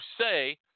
say